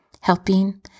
helping